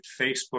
Facebook